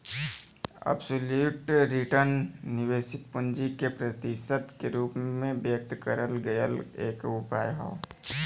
absolute return निवेशित पूंजी के प्रतिशत के रूप में व्यक्त करल गयल एक उपाय हौ